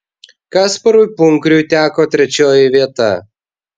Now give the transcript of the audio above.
kasparui punkriui teko trečioji vieta